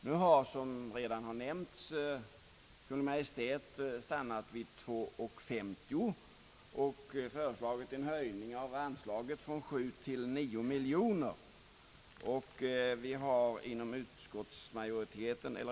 Nu har, som redan har nämnts, Kungl. Maj:t stannat vid 2:50 och föreslagit en höjning av anslaget från 7 till 9 miljoner kronor.